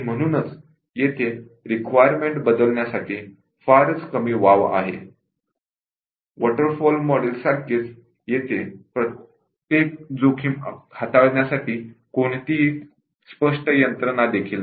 म्हणूनच येथे रिक्वायरमेंट बदलण्यासाठी फारच कमी वाव आहे आणि वॉटरफॉल मॉडेल सारखेच येथे प्रत्येक जोखीम हाताळण्यासाठी कोणतीही स्पष्ट यंत्रणा देखील नाही